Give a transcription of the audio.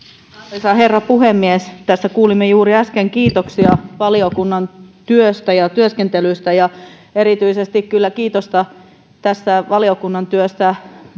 arvoisa herra puhemies tässä kuulimme juuri äsken kiitoksia valiokunnan työstä ja työskentelystä ja erityisesti kiitosta tästä valiokunnan työstä